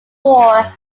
war